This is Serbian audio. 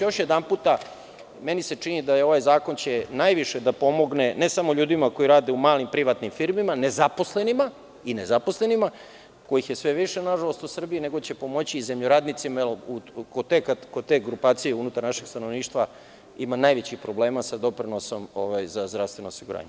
Još jedanput, meni se čini da će ovaj zakon najviše da pomogne ne samo ljudima koji rade u malim privatnim firmama, nezaposlenima kojih je sve više, nažalost, u Srbiji, nego će pomoći i zemljoradnicima, jer kod te grupacije unutar našeg stanovništva ima najvećih problema sa doprinosom za zdravstveno osiguranje.